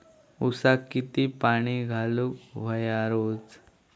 ऊसाक किती पाणी घालूक व्हया रोज?